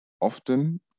often